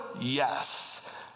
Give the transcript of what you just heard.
yes